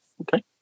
Okay